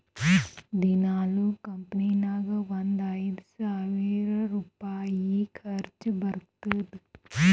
ದಿನಾಲೂ ಕಂಪನಿ ನಾಗ್ ಒಂದ್ ಐಯ್ದ ಸಾವಿರ್ ರುಪಾಯಿ ಖರ್ಚಾ ಬರ್ತುದ್